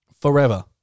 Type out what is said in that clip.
forever